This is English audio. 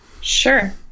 Sure